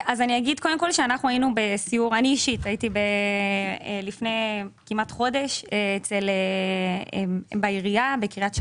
אני אישית הייתי לפני כמעט חודש בעירייה בקריית שמונה,